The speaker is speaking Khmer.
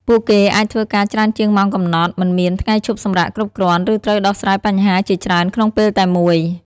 ពួកគេអាចធ្វើការច្រើនជាងម៉ោងកំណត់ មិនមានថ្ងៃឈប់សម្រាកគ្រប់គ្រាន់ ឬត្រូវដោះស្រាយបញ្ហាជាច្រើនក្នុងពេលតែមួយ។